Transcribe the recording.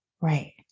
Right